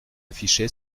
affiché